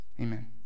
amen